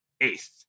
eighth